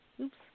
Oops